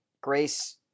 Grace